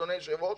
אדוני היושב-ראש,